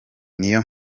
niyo